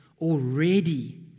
Already